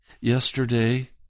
Yesterday